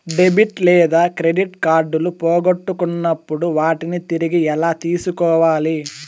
debit లేదా credit కార్డులు పోగొట్టుకున్నప్పుడు వాటిని తిరిగి ఎలా తీసుకోవాలి